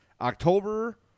October